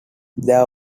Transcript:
their